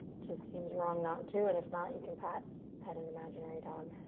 just seems wrong not to and if not you can pet pet an imaginary dog.